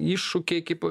iššūkiai kaip